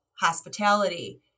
hospitality